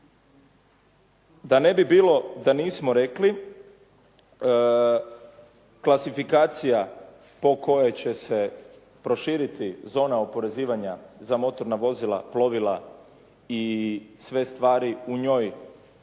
Da ne bi bilo da nismo rekli, klasifikacija po kojoj će se proširiti zona oporezivanja za motorna vozila, plovila i sve stvari u njoj,